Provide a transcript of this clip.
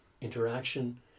interaction